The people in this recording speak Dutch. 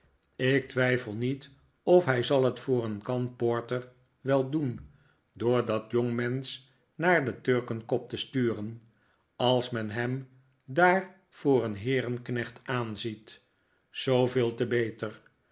ik twijfel niet of hij zal het voor een kan porter wel doen door dat jongmensch naar de turkenkop te sturen als men hem daar voor een heerenknecht aanziet zooveel te beter